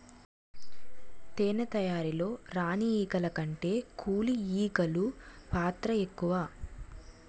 తేనె తయారీలో రాణి ఈగల కంటే కూలి ఈగలు పాత్ర ఎక్కువ